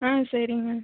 ஆ சரிங்க